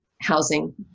housing